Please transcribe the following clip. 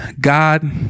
God